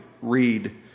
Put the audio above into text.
read